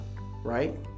right